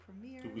premiere